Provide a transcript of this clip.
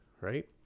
right